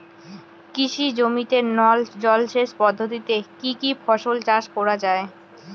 কৃষি জমিতে নল জলসেচ পদ্ধতিতে কী কী ফসল চাষ করা য়ায়?